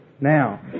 Now